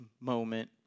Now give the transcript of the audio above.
moment